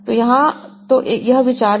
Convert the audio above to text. तो यहाँ तो यह विचार है